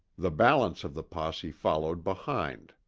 the balance of the posse followed behind.